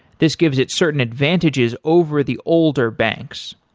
this gives it certain advantages over the older banks.